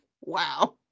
Wow